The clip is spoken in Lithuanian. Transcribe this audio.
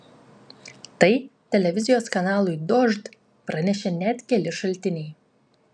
tai televizijos kanalui dožd pranešė net keli šaltiniai